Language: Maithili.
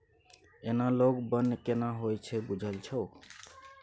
एनालॉग बन्न केना होए छै बुझल छौ?